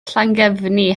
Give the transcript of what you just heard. llangefni